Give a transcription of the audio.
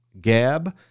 Gab